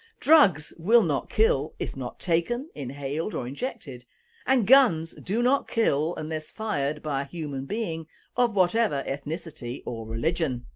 drugs to not kill if not taken, inhaled or injected and guns do not kill unless fired by a human being of whatever ethnicity or religion.